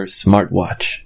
smartwatch